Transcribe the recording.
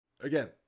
again